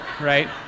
right